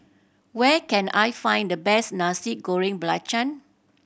where can I find the best Nasi Goreng Belacan